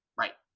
right,